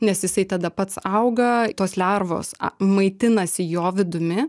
nes jisai tada pats auga tos lervos maitinasi jo vidumi